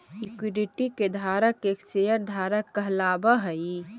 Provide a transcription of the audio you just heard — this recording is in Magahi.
इक्विटी के धारक एक शेयर धारक कहलावऽ हइ